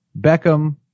Beckham